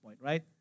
right